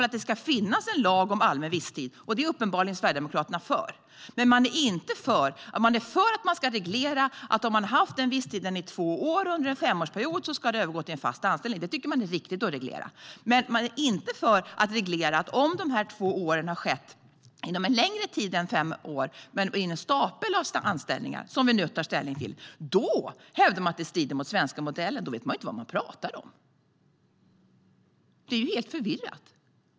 Att det ska finnas en lag om allmän visstid är Sverigedemokraterna uppenbarligen för. De är för att reglera att en visstidsanställning som man haft i två år under en femårsperiod ska övergå till fast anställning. Det tycker de att det är riktigt att reglera. Men de är inte för att reglera om de här två åren varit inom en längre tid än fem år men i en stapel av anställningar, vilket vi nu tar ställning till. Det hävdar de strider mot den svenska modellen. De vet ju inte vad de pratar om. Det är ju helt förvirrat.